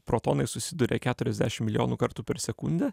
protonai susiduria keturiasdešim milijonų kartų per sekundę